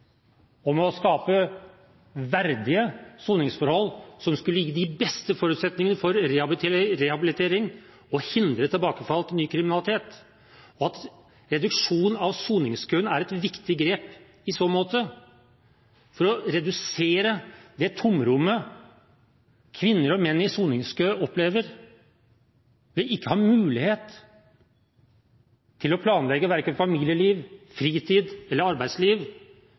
å skape verdige soningsforhold, som skulle gi de beste forutsetningene for rehabilitering og hindre tilbakefall til ny kriminalitet. Reduksjon av soningskøen er i så måte et viktig grep for å redusere det tomrommet kvinner og menn i soningskø opplever ved ikke å ha mulighet til å planlegge verken familieliv, fritid eller arbeidsliv,